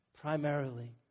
primarily